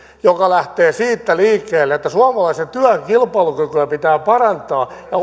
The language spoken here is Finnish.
joka lähtee siitä liikkeelle että suomalaisen työn kilpailukykyä pitää parantaa ja